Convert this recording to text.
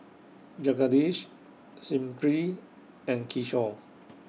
Jagadish Smriti and Kishore